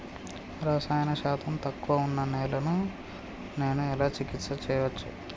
రసాయన శాతం తక్కువ ఉన్న నేలను నేను ఎలా చికిత్స చేయచ్చు?